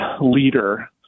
leader